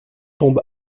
tombe